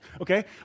Okay